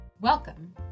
welcome